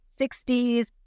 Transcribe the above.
60s